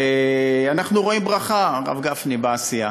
ואנחנו רואים ברכה, הרב גפני, בעשייה,